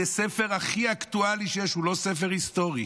זה הספר הכי אקטואלי שיש, הוא לא ספר היסטורי.